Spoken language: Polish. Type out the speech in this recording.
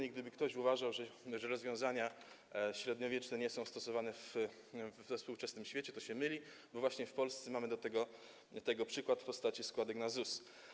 I gdyby ktoś uważał, że rozwiązania średniowieczne nie są stosowane we współczesnym świecie, to się myli, bo właśnie w Polsce mamy tego przykład w postaci składek na ZUS.